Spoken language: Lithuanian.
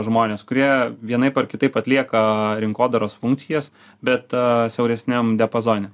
žmonės kurie vienaip ar kitaip atlieka rinkodaros funkcijas bet siauresniam diapazone